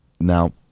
now